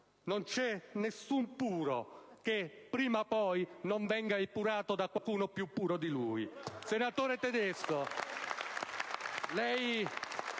non c'è nessun puro che prima o poi non venga epurato da qualcuno più puro di lui.